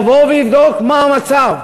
יבוא ויבדוק מה המצב